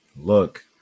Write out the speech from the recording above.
Look